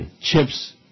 chips